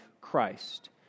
Christ